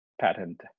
patent